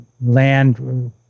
land